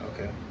Okay